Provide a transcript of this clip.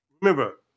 remember